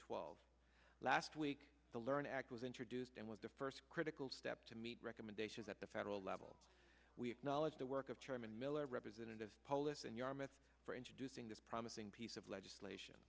twelve last week the learn act was introduced and was the first critical step to meet recommendations at the federal level we acknowledge the work of chairman miller representative polis in yarmouth for introducing this promising piece of legislation